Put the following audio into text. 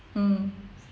mm